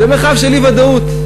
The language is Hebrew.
זה מרחב של אי-ודאות,